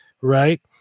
Right